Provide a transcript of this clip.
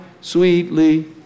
sweetly